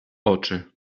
oczy